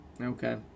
Okay